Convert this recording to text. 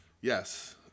Yes